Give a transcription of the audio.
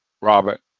Robert